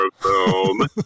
film